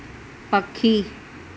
पखी